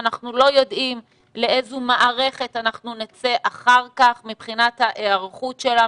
שאנחנו לא יודעים לאיזו מערכת אנחנו נצא אחר-כך מבחינת ההיערכות שלה,